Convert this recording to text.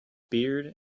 beard